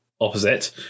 opposite